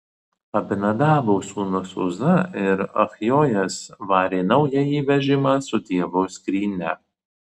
abinadabo sūnūs uza ir achjojas varė naująjį vežimą su dievo skrynia